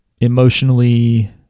emotionally